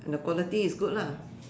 the quality is good lah